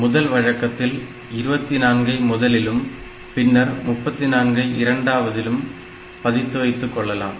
முதல் வழக்கத்தில் 24 ஐ முதலிலும் பின்னர் 34 ஐ இரண்டாவதும் பதித்து வைத்துக் கொள்ளலாம்